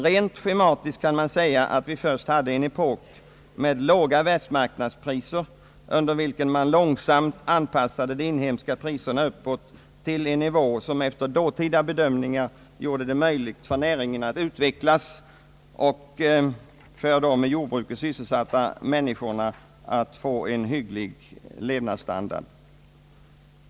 Rent schematiskt kan man säga att vi först hade en epok med låga världsmarknadspriser, under vilken man långsamt anpassade de inhemska priserna uppåt till en nivå som efter dåtida bedömningar gjorde det möjligt för näringen att utvecklas och för de i jordbruket sysselsatta människorna att få en hygglig levnadsstandard.